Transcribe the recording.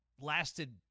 lasted